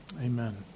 Amen